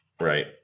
Right